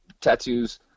tattoos